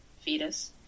fetus